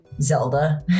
Zelda